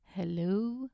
Hello